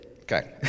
Okay